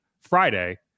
Friday